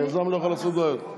היזם לא יכול לעשות בעיות.